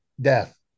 death